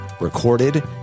recorded